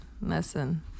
Listen